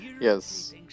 Yes